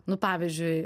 nu pavyzdžiui